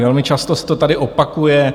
Velmi často se to tady opakuje.